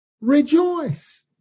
rejoice